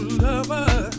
lover